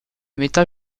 métal